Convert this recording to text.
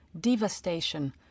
devastation